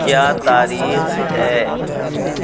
کیا تاریخ ہے